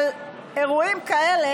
אבל אירועים כאלה,